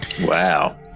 wow